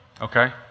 Okay